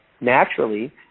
naturally